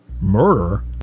Murder